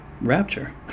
rapture